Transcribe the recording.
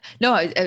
No